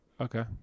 Okay